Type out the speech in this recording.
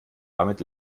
damit